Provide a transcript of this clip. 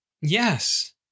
Yes